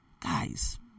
Guys